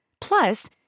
Plus